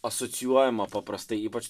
asocijuojama paprastai ypač